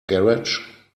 garage